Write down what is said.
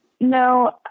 No